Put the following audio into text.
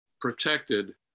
protected